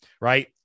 right